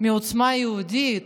מעוצמה יהודית.